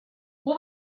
what